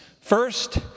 First